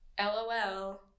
LOL